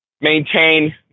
maintain